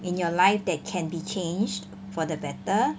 in your life that can be changed for the better